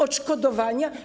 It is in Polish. Odszkodowania?